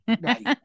right